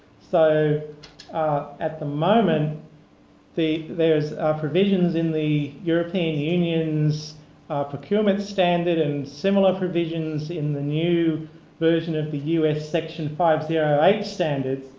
so at the moment the there's provisions in the european union's procurement standard and similar provisions in the new version of the u s. section five point zero eight standards